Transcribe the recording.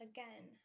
Again